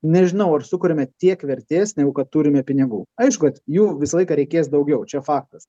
nežinau ar sukuriame tiek vertės negu kad turime pinigų aišku kad jų visą laiką reikės daugiau čia faktas